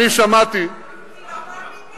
אני שמעתי, כי לא מאמינים.